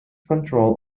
control